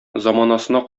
заманасына